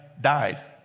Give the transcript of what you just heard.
died